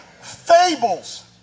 Fables